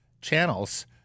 channels